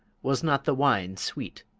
was not the wine sweet,